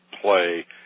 play